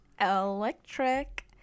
electric